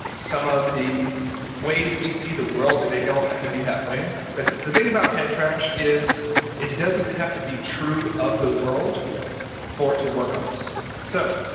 some of the ways we see the world, and they don't have to be that way. but the thing about head trash is it doesn't have to be true of the world for it to work on us so,